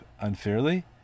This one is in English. unfairly